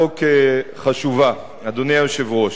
חוק ומשפט,